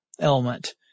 element